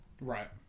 Right